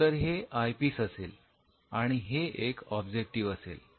तर हे आयपीस असेल आणि हे एक ऑब्जेक्टिव असेल